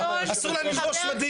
אסור להם ללבוש מדים.